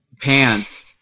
pants